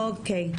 אוקיי.